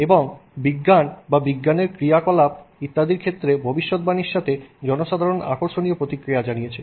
এবং বিজ্ঞান বা বিজ্ঞানের ক্রিয়াকলাপ ইত্যাদির ক্ষেত্রে ভবিষ্যদ্বাণীর সাথে জনসাধারণ আকর্ষণীয় প্রতিক্রিয়া জানিয়েছে